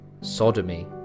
sodomy